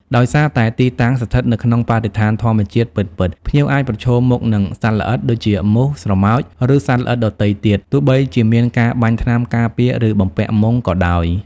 ដោយសារតែទីតាំងស្ថិតនៅក្នុងបរិស្ថានធម្មជាតិពិតៗ ភ្ញៀវអាចប្រឈមមុខនឹងសត្វល្អិត ដូចជាមូស ស្រមោច ឬសត្វល្អិតដទៃទៀត ទោះបីជាមានការបាញ់ថ្នាំការពារ ឬបំពាក់មុងក៏ដោយ។